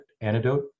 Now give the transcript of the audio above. antidote